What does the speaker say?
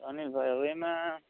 અનિલભાઈ હવે એમાં